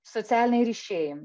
socialiniai ryšiai